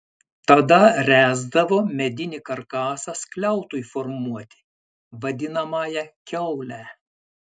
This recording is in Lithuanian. tada ręsdavo medinį karkasą skliautui formuoti vadinamąją kiaulę